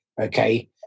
okay